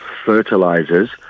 Fertilizers